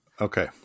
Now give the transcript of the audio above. Okay